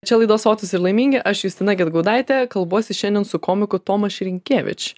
čia laida sotūs ir laimingi aš justina gedgaudaitė kalbuosi šiandien su komiku tomaš rynkevič